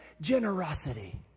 generosity